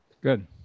Good